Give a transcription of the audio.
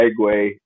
segue